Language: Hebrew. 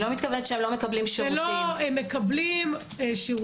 הם מקבלים שירותים.